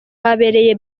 habereye